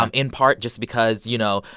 um in part just because, you know,